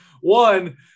one